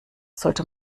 sollte